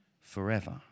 forever